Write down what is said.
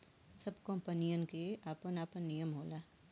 सब कंपनीयन के आपन आपन नियम होला